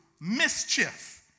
mischief